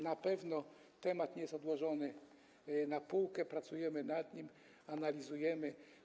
Na pewno temat nie jest odłożony na półkę, pracujemy nad nim, analizujemy.